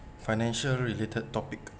financial related topic